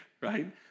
right